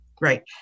right